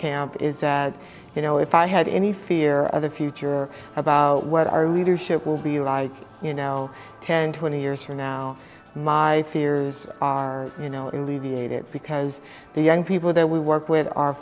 camp is that you know if i had any fear of the future about what our leadership will be like you know ten twenty years from now my peers are you know it levy a bit because the young people that we work with are